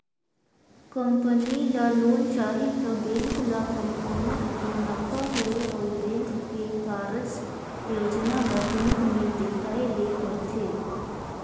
company ल loan चाही त बेंक ल कंपनी कर मुनाफा होए अउ बेंक के कारज योजना ल बेंक में देखाए ले परथे